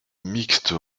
mixte